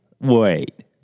wait